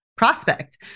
Prospect